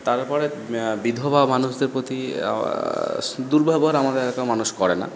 তারপরে বিধবা মানুষদের প্রতি দুর্ব্যবহার আমাদের মানুষ করে না